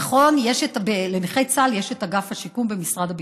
נכון, לנכי צה"ל יש את אגף השיקום במשרד הביטחון.